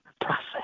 process